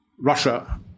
Russia